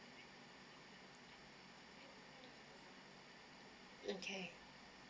okay